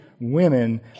women